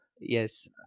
Yes